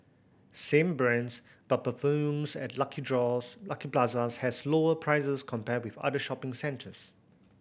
same brands but perfumes at Lucky Lucky Plaza has lower prices compared with other shopping centres